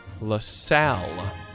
LaSalle